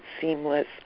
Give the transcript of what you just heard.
seamless